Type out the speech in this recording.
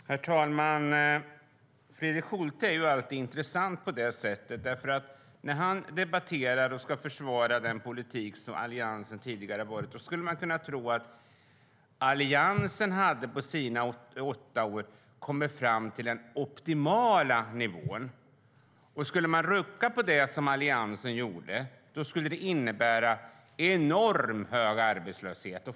Herr talman! Fredrik Schulte är intressant när han debatterar och ska försvara den politik som Alliansen tidigare förde. Man skulle kunna tro att Alliansen på sina åtta år hade kommit fram till den optimala nivån, och att rucka på det som Alliansen gjorde skulle innebära enormt hög arbetslöshet.